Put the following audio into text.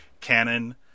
canon